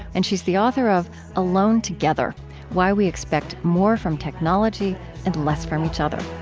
and she's the author of alone together why we expect more from technology and less from each other